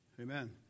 Amen